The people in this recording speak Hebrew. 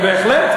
בהחלט.